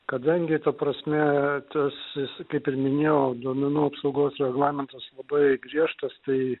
kadangi ta prasme tas kaip ir minėjau duomenų apsaugos reglamentas labai griežtas tai